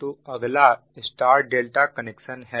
तो अगला Y connection है